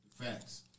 Facts